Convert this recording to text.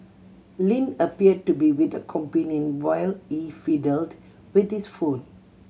Lin appeared to be with a companion while he fiddled with his phone